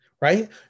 right